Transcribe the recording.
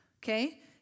Okay